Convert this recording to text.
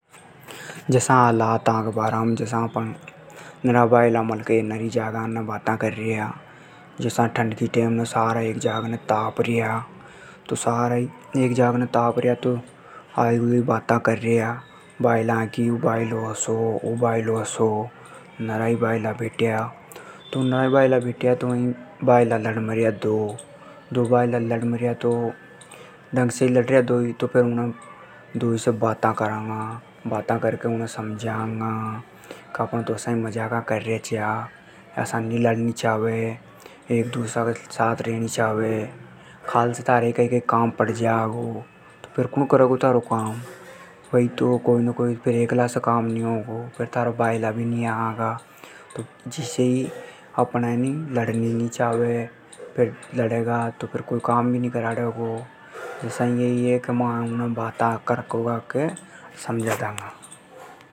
जसा हालात के बारा में मलके भायला बात कर्र्या । जसा ठंड की टेम ने नरा मलके एक जाग ने तापर्या। आली उली बाता कर्र्या। भायला की ऊ भायलो असो ऊ असो। नरा भायला बैठ्या तो भायला लड़ गया दो। ढंग से ही लड़र्या दोई। तो उन से बाता करांगा उणे समझांगा। अपण तो असा ही मजाक कर्र्या छा। असा नी लड़नी चावे । एक दूसरा के साथ रेणी छावे। काल से थारे ही कई काम पड़ जागो तो कुण करेगो थारो काम। एकला से काम नी होगों। थारे भायला भी नी आगा। जिसे लड़नी नी छावे। लड़ेगा तो कोई काम भी नी करागो।